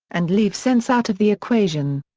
and leave sense out of the equation.